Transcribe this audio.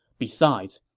besides,